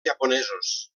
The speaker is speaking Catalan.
japonesos